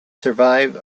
survive